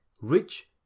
rich